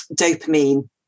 dopamine